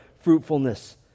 fruitfulness